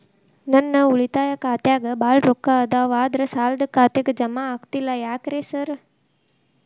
ನನ್ ಉಳಿತಾಯ ಖಾತ್ಯಾಗ ಬಾಳ್ ರೊಕ್ಕಾ ಅದಾವ ಆದ್ರೆ ಸಾಲ್ದ ಖಾತೆಗೆ ಜಮಾ ಆಗ್ತಿಲ್ಲ ಯಾಕ್ರೇ ಸಾರ್?